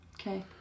Okay